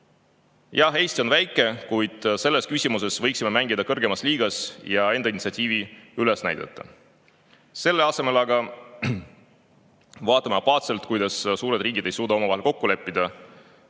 Jah, Eesti on väike, kuid selles küsimuses võiksime mängida kõrgemas liigas ja enda initsiatiivi üles näidata. Selle asemel aga vaatame apaatselt, kuidas suured riigid ei suuda omavahel kokku leppida.